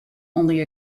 only